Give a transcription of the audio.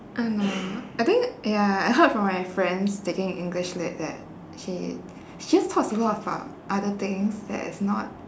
I don't know I think ya I heard from my friends taking english lit that she she just talks a lot about other things that is not